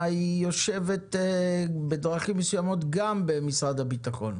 יושבת בדרכים מסוימות גם במשרד הביטחון,